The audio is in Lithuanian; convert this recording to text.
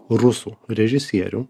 rusų režisierių